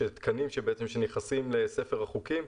שבעצם תקנים שנכנסים לספר החוקים,